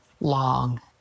Long